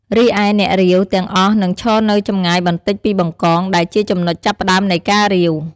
រីឯ អ្នករាវ ទាំងអស់នឹងឈរនៅចម្ងាយបន្តិចពី បង្កង ដែលជាចំណុចចាប់ផ្តើមនៃការរាវ។